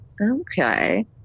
okay